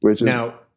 Now